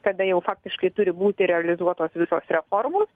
kada jau faktiškai turi būti realizuotos visos reformos